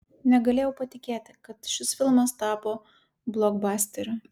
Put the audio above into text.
negalėjau patikėti kad šis filmas taps blokbasteriu